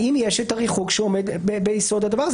האם יש את הריחוק שעומד ביסוד הדבר הזה?